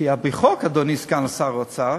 כי על-פי חוק, אדוני סגן שר האוצר,